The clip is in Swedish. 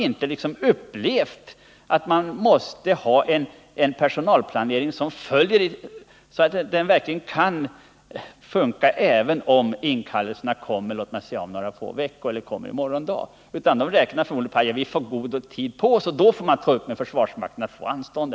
Myndigheterna har inte upplevt att man måste ha en personalplanering, så att verksamheten kan fungera även om inkallelserna kommer inom några få veckor eller i morgon dag. De räknar nog med att de får god tid på sig och att de då kan ta upp frågan om anstånd.